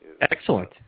Excellent